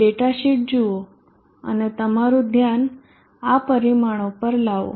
datasheet જુઓ અને તમારું ધ્યાન આ પરિમાણો પર લાવો